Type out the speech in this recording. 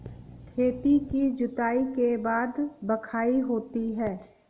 खेती की जुताई के बाद बख्राई होती हैं?